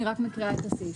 אני רק מקריאה את הנוסח: